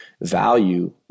value